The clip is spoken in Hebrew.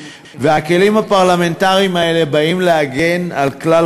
הכלים הפרלמנטריים האלה באים להגן על כלל